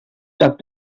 toc